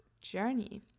journey